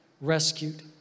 rescued